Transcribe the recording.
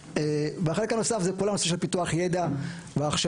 והחלק הנוסף הוא כל הנושא של פיתוח ידע והכשרות.